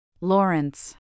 Lawrence